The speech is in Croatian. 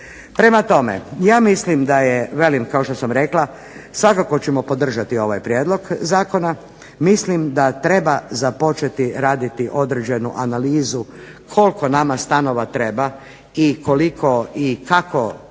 Prema tome, ja mislim da je velim kao što sam rekla svakako ćemo podržati ovaj prijedlog zakona. Mislim da treba započeti raditi određenu analizu koliko nama stanova treba i koliko i kako zapravo